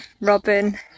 Robin